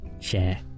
share